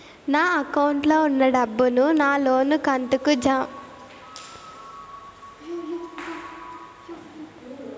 నా అకౌంట్ లో ఉన్న డబ్బును నా లోను కంతు కు జామ చేస్తారా?